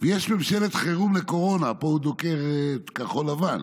"יש ממשלת חירום לקורונה" פה הוא דוקר את כחול לבן